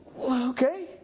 Okay